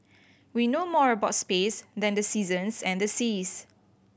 we know more about space than the seasons and the seas